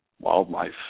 Wildlife